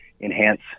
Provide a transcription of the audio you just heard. enhance